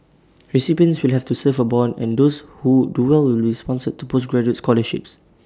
recipients will have to serve A Bond and those who do well will be sponsored for postgraduate scholarships